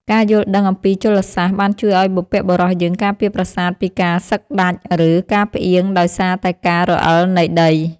ការយល់ដឹងអំពីជលសាស្ត្របានជួយឱ្យបុព្វបុរសយើងការពារប្រាសាទពីការសឹកដាច់ ឬ ការផ្អៀងដោយសារតែការរអិលនៃដី។